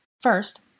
First